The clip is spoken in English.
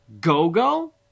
go-go